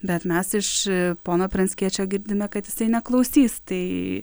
bet mes iš pono pranckiečio girdime kad jisai neklausys tai